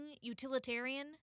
utilitarian